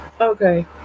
Okay